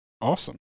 Awesome